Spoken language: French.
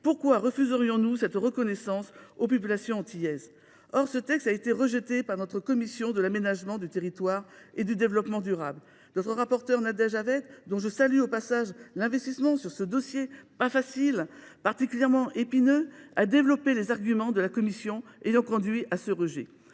Pourquoi refuserions nous cette reconnaissance aux populations antillaises ? Pourtant, ce texte a été rejeté par notre commission de l’aménagement du territoire et du développement durable. Notre rapporteure Nadège Havet, dont je salue l’investissement sur ce dossier difficile et particulièrement épineux, a développé les arguments de la commission ayant conduit à ce rejet